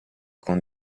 con